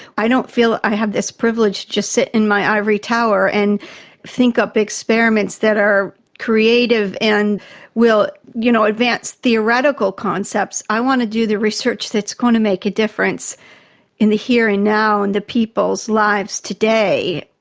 i don't feel i have this privilege to just sit in my ivory tower and think up experiments that are creative and will you know advance theoretical concepts. i want to do the research that's going to make a difference in the here and now and the people's lives today,